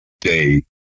day